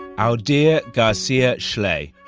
aldyr garcia schlee.